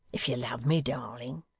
if you love me, darling.